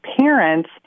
parents